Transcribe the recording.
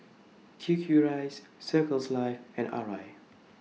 Q Q Rice Circles Life and Arai